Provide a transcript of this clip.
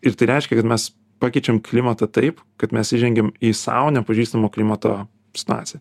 ir tai reiškia kad mes pakeičiam klimatą taip kaip mes įžengiam į sau nepažįstamo klimato situaciją